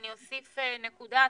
אני אוסיף נקודה.